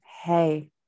hey